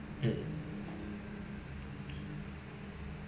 mm